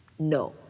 No